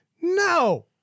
No